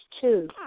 two